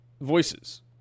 voices